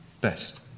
best